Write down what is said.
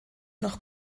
noch